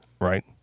right